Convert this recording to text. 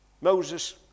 moses